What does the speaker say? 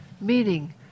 Meaning